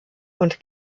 und